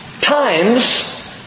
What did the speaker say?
times